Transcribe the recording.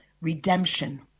redemption